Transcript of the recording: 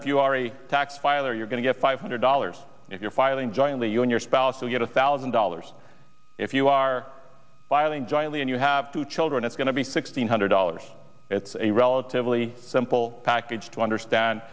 if you are a tax filer you're going to get five hundred dollars if you're filing jointly you and your spouse will get a thousand dollars if you are filing jointly and you have two children it's going to be sixteen hundred dollars it's a relatively simple package to understand